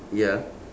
ya